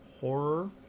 horror